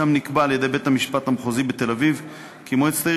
שם קבע בית-המשפט המחוזי בתל-אביב כי מועצת העיר